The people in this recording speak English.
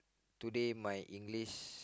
today my English